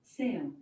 sale